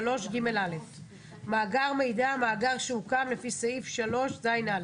3ג(א); "מאגר מידע" המאגר שהוקם לפי סעיף 3ז(א);